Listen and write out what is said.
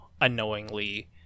unknowingly